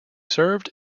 served